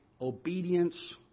obedience